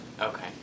Okay